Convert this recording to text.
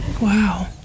wow